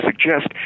suggest